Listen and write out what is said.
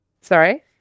Sorry